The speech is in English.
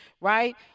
Right